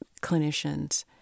clinicians